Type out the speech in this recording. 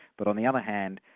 but on the other hand,